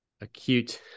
acute